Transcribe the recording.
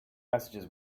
messages